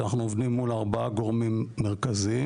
אנחנו עובדים מול ארבעה גורמים מרכזיים,